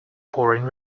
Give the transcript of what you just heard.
pouring